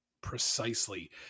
precisely